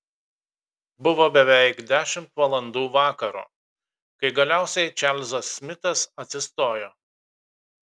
buvo beveik dešimt valandų vakaro kai galiausiai čarlzas smitas atsistojo